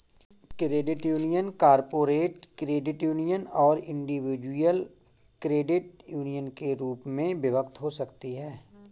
credit union corporate credit union और individual credit union के रूप में विभक्त हो सकती हैं